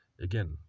Again